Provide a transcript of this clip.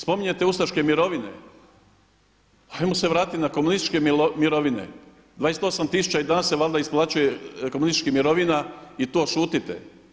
Spominjete ustaške mirovine, ajmo se vratiti na komunističke mirovine, 28 tisuća i danas se valjda isplaćuje komunističkih mirovina i to šutite.